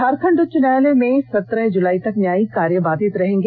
झारखंड उच्च न्यायालय में सत्रह जुलाई तक न्यायिक कार्य बाधित रहेगा